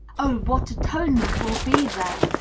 oh! what atonement will be there!